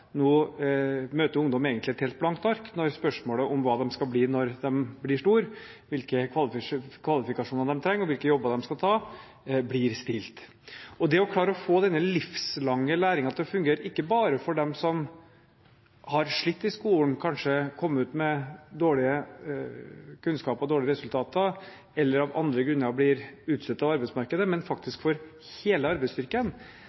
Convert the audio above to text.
Nå møter ungdommer egentlig et helt blankt ark når spørsmålet om hva de skal bli når de blir store, hvilke kvalifikasjoner de trenger, og hvilke jobber de skal ta, blir stilt. Det å klare å få denne livslange læringen til å fungere – ikke bare for dem som har slitt i skolen og kanskje kommet ut med dårlige kunnskaper og dårlige resultater eller av andre grunner blir utstøtt av arbeidsmarkedet, men